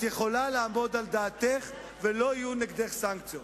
את יכולה לעמוד על דעתך ולא יהיו נגדך סנקציות.